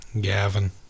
Gavin